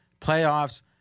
playoffs